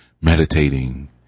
meditating